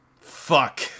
Fuck